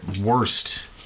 worst